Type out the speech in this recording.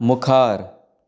मुखार